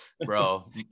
bro